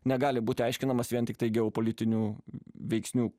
negali būti aiškinamas vien tiktai geopolitinių veiksnių